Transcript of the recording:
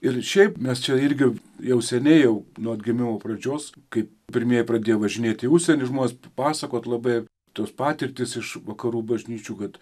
ir šiaip mes čia irgi jau seniai jau nuo atgimimo pradžios kai pirmieji pradėjo važinėt į užsienį žmonės pasakot labai tos patirtys iš vakarų bažnyčių kad